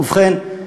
ובכן,